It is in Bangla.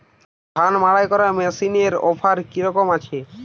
ধান মাড়াই করার মেশিনের অফার কী রকম আছে?